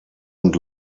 und